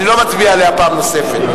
אני לא מצביע פעם נוספת.